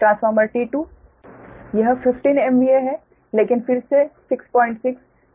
transformer T2 यह 15 MVA है लेकिन फिर से 66 ∆ साइड 115 है